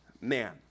man